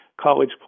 college